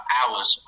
hours